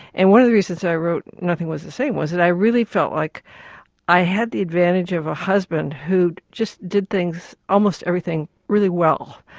and one of the reasons i wrote nothing was the same was that i really felt like i had the advantage of a husband who just did things, almost everything, really well,